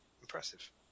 impressive